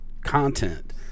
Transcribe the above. content